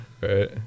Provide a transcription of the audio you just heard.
right